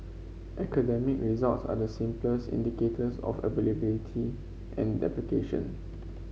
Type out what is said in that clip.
academic results are the simplest indicators of ability and application